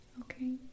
Okay